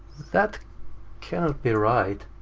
that cannot be right.